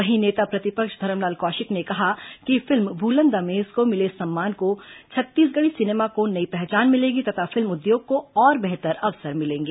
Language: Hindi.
वहीं नेता प्रतिपक्ष धरमलाल कौशिक ने कहा कि फिल्म भूलन द मेज को मिले इस सम्मान से छत्तीसगढ़ी सिनेमा को नई पहचान मिलेगी तथा फिल्म उद्योग को और बेहतर अवसर मिलेंगे